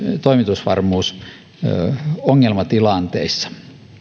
toimitusvarmuus erilaisissa ongelmatilanteissa